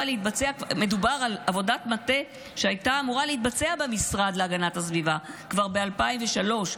מדובר על עבודת מטה שהייתה אמורה להתבצע במשרד להגנת הסביבה כבר ב-2003,